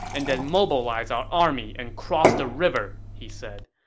and then mobilize our army and cross the river, he said.